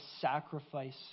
sacrifice